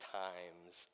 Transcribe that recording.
times